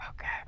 okay